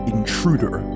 Intruder